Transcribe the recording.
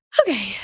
Okay